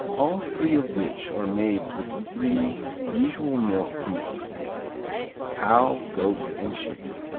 all three of which are made with the three usual milks mixed cow, goat and sheep.